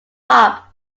pop